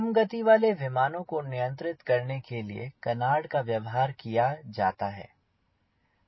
कम गति वाले विमानों को नियंत्रित करने के लिए कनार्ड का व्यवहार किया जाता है